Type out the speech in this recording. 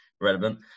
relevant